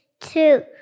two